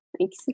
Thanks